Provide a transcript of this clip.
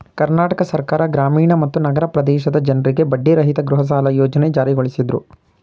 ಕರ್ನಾಟಕ ಸರ್ಕಾರ ಗ್ರಾಮೀಣ ಮತ್ತು ನಗರ ಪ್ರದೇಶದ ಜನ್ರಿಗೆ ಬಡ್ಡಿರಹಿತ ಗೃಹಸಾಲ ಯೋಜ್ನೆ ಜಾರಿಗೊಳಿಸಿದ್ರು